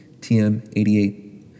TM88